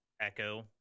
echo